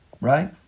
right